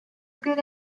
good